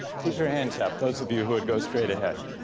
keep your hands up, those of you who'd go straight ahead.